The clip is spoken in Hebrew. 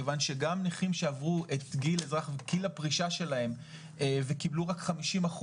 כיוון שגם נכים שעברו את גיל הפרישה שלהם וקיבלו רק 50%,